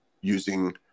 using